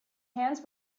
hands